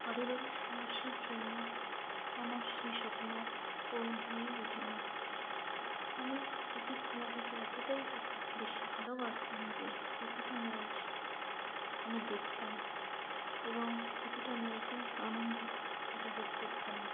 পারিবারিক সমস্যার জন্য আমার সেই স্বপ্ন পূরণ হয়ে ওঠেনি আমি ক্রিকেট খেলাটাকে এতটাই বেশি ভালোবাসতাম যে প্রতিটা ম্যাচ আমি দেখতাম এবং প্রতিটা ম্যাচেই আনন্দ উপভোগ করতাম